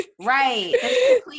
Right